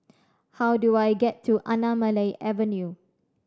how do I get to Anamalai Avenue